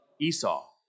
Esau